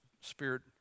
spirit